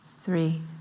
three